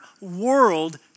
world